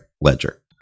ledger